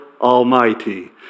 Almighty